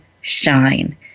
shine